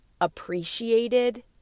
appreciated